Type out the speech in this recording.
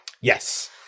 Yes